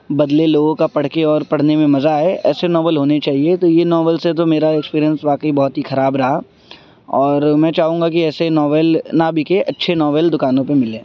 بدلے لوگوں کا پڑھ کے اور پڑھنے میں مزہ آئے ایسے ناول ہونے چاہیے تو یہ ناول سے تو میرا ایکسپیریئنس واقعی بہت ہی خراب رہا اور میں چاہوں گا کہ ایسے ناول نہ بکے اچھے ناول دوکانوں پہ ملیں